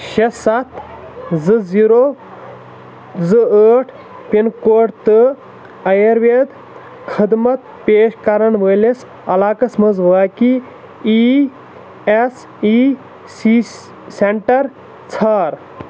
شےٚ سَتھ زٕ زیٖرو زٕ ٲٹھ پِن کوڈ تہٕ اَیُروید خٔدمت پیش کَرَن وٲلِس علاقَس منٛز واقع E S I C centre ژھار